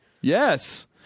Yes